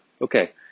okay